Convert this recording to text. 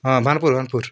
ହଁ ଭାନପୁର୍ ଭାନପୁର୍